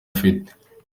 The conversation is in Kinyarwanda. afite